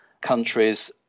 countries